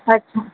અચ્છા